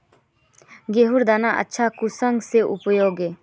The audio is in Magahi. गेहूँर दाना अच्छा कुंसम के उगबे?